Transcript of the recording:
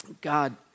God